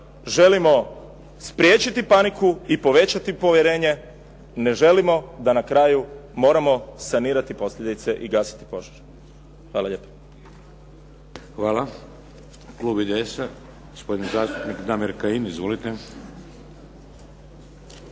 želimo spriječiti paniku i povećati povjerenje, ne želimo da na kraju moramo sanirati posljedice i gasiti požar. Hvala lijepo. **Šeks, Vladimir (HDZ)** Hvala. Klub IDS-a gospodin zastupnik Damir Kajin. Izvolite.